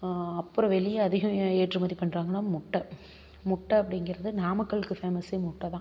அப்பறம் வெளியே அதிகம் ஏ ஏற்றுமதி பண்ணுறாங்கன்னா முட்டை முட்டை அப்படிங்குறது நாமக்கலுக்கு ஃபேமஸ் முட்டை தான்